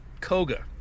Koga